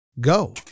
Go